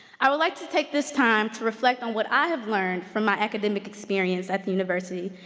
i would like to take this time to reflect on what i have learned from my academic experience at the university,